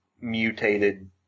mutated